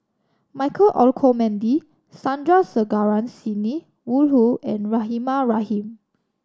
Michael Olcomendy Sandrasegaran Sidney Woodhull and Rahimah Rahim